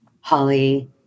Holly